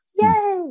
Yay